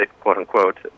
quote-unquote